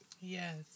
Yes